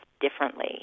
differently